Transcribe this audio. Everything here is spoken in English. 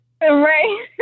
right